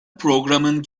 programın